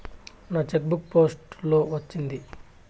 నా cheque book post లో వచ్చింది